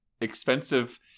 expensive